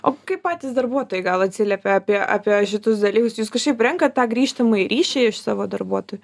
o kaip patys darbuotojai gal atsiliepia apie apie šitus dalykus jūs kažkaip renkat tą grįžtamąjį ryšį iš savo darbuotojų